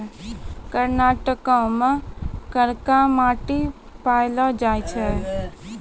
कर्नाटको मे करका मट्टी पायलो जाय छै